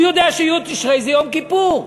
הוא יודע שי' תשרי זה יום כיפור.